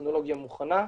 הטכנולוגיה מוכנה,